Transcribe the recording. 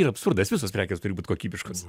ir absurdas visos prekės turi būt kokybiškos